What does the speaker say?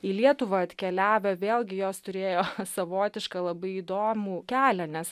į lietuvą atkeliavę vėlgi jos turėjo savotišką labai įdomų kelią nes